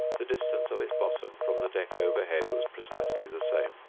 the distance of its bottom from the deck overhead was precisely the same.